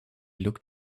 looked